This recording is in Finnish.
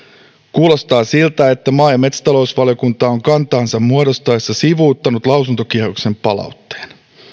kuulostaa siltä että maa ja metsätalousvaliokunta on kantaansa muodostaessaan sivuuttanut lausuntokierroksen palautteen